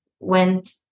went